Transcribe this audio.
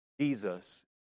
Jesus